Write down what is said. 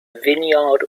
vineyard